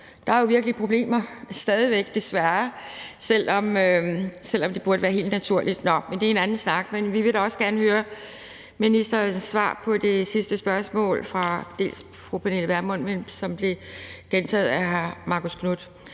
stadig væk virkelig problemer, selv om det burde være helt naturligt. Nå, men det er en anden snak. Vi vil da også gerne høre ministerens svar på det sidste spørgsmål fra fru Pernille Vermund, og som blev gentaget af hr. Marcus Knuth.